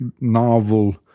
novel